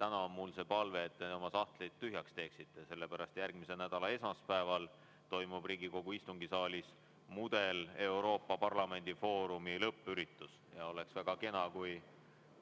Täna on mul palve, et te oma sahtlid tühjaks teeksite, sellepärast et järgmise nädala esmaspäeval toimub Riigikogu istungisaalis Mudel-Euroopa Parlamendi foorumi lõppüritus ja oleks väga kena, kui